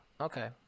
Okay